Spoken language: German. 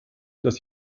dass